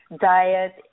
diet